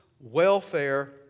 welfare